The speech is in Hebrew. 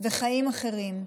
וחיים אחרים,